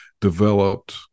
developed